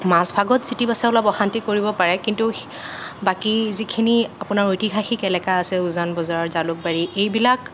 মাজভাগত চিটিবাছে অলপ অশান্তি কৰিব পাৰে কিন্তু বাকী যিখিনি আপোনাৰ ঐতিহাসিক এলেকা আছে উজানবজাৰৰ জালুকবাৰী এইবিলাক